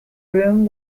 room